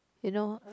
you know